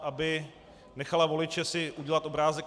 Aby nechala voliče si udělat obrázek.